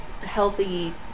healthy